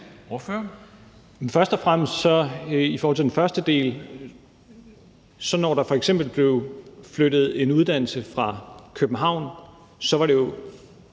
Først og fremmest kan jeg i forhold til den første del sige, at når der blev flyttet en uddannelse fra København, var det jo